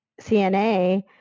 CNA